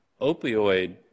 opioid